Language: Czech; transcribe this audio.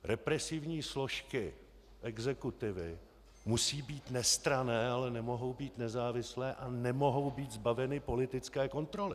Represivní složky exekutivy musí být nestranné, ale nemohou být nezávislé a nemohou být zbaveny politické kontroly.